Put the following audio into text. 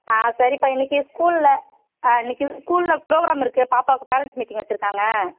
ஆ சரிப்பா இன்னக்கு ஸ்கூலில் ஆ இன்னக்கு ஸ்கூலில் ப்ரோகிராம் இருக்கு பாப்பாக்கு பேரண்ட்ஸ் மீட்டிங் வச்சுருக்காங்க